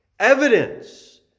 Evidence